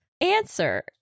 answer